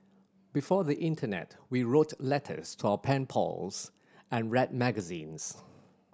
before the internet we wrote letters to our pen pals and read magazines